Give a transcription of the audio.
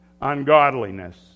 ungodliness